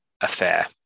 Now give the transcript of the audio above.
affair